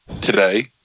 today